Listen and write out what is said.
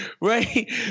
Right